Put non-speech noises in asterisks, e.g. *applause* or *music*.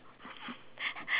*laughs*